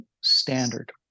standard